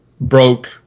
broke